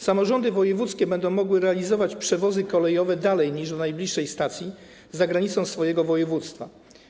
Samorządy wojewódzkie będą mogły realizować przewozy kolejowe dalej niż do najbliższej stacji za granicą swojego województwa.